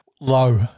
Low